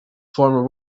former